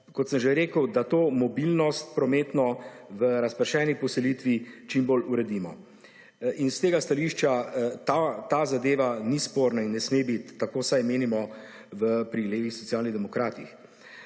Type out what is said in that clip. kot sem že rekel, da to mobilnost prometno v razpršeni poselitvi čim bolj uredimo in iz tega stališča ta zadeva ni sporna in ne sme biti tako vsaj menimo pri levih Socialnih demokratih.